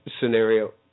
scenario